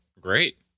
great